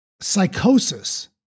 psychosis